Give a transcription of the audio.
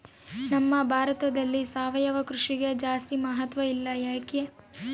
ನಮ್ಮ ಭಾರತದಲ್ಲಿ ಸಾವಯವ ಕೃಷಿಗೆ ಜಾಸ್ತಿ ಮಹತ್ವ ಇಲ್ಲ ಯಾಕೆ?